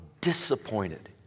disappointed